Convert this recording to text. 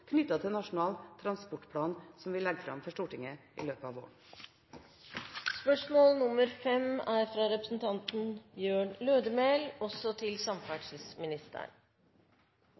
Nasjonal transportplan, som vi legger fram for Stortinget i løpet av